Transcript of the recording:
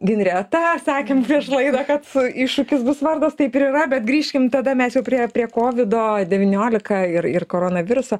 ginreta sakėm prieš laidą kad iššūkis bus vardas taip ir yra bet grįžkim tada mes jau prie prie kovido devyniolika ir ir koronaviruso